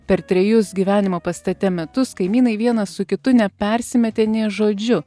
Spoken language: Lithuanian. per trejus gyvenimo pastate metus kaimynai vienas su kitu nepersimetė nė žodžiu